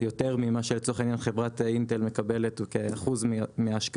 יותר ממה שחברת אינטל מקבלת באחוזים.